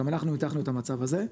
גם אנחנו ניתחנו את המצב הזה.